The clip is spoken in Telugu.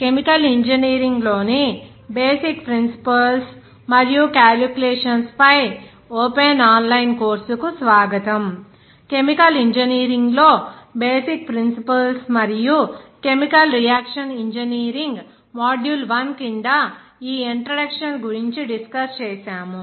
కెమికల్ ఇంజనీరింగ్లోని బేసిక్ ప్రిన్సిపుల్స్ మరియు క్యాలీక్యులేషన్స్ పై ఓపెన్ ఆన్లైన్ కోర్సుకు స్వాగతం కెమికల్ ఇంజనీరింగ్లో బేసిక్ ప్రిన్సిపుల్స్ మరియు chemical reaction engineering module one కింద ఈ ఇంట్రడక్షన్ గురించి డిస్కస్ చేసాము